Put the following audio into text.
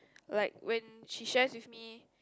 like when she shares with me